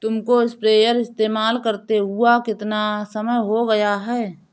तुमको स्प्रेयर इस्तेमाल करते हुआ कितना समय हो गया है?